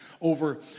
over